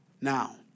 Now